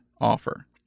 offer